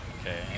Okay